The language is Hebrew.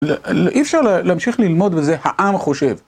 אי אפשר להמשיך ללמוד בזה, העם חושב.